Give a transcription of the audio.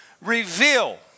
Reveal